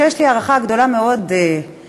שיש לי הערכה גדולה מאוד אליו,